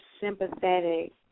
sympathetic